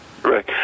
Right